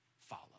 follow